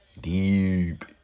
deep